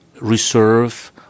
reserve